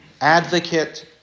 advocate